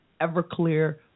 Everclear